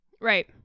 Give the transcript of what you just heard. Right